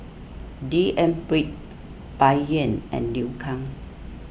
D N Pritt Bai Yan and Liu Kang